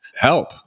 help